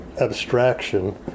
abstraction